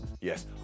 yes